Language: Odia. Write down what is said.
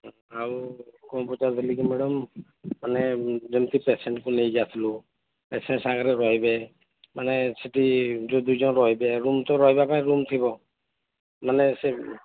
ଆଉ କ'ଣ ପଚାରୁଥିଲି କି ମାଡାମ୍ ମାନେ ଯେମିତି ପେସେଣ୍ଟ୍କୁ ନେଇକି ଆସିଲୁ ପେସେଣ୍ଟ୍ ସାଙ୍ଗରେ ରହିବେ ମାନେ ସେଠି ଯୋଉ ଦୁଇ ଜଣ ରହିବେ ରୁମ୍ ତ ରହିବା ପାଇଁ ରୁମ୍ ଥିବ ମାନେ ସେ